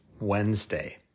Wednesday